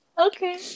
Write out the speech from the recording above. Okay